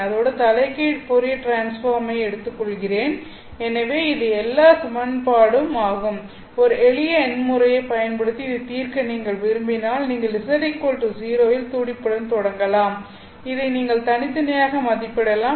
அதோடு தலைகீழ் Fourier transform ஐ எடுத்துக்கொள்கிறேன் எனவே இது எல்லா சமன்பாடும் ஆகும் ஒரு எளிய எண் முறையைப் பயன்படுத்தி இதைத் தீர்க்க நீங்கள் விரும்பினால் நீங்கள் z 0 இல் துடிப்புடன் தொடங்கலாம் இதை நீங்கள் தனித்தனியாக மதிப்பிடலாம்